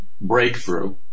breakthrough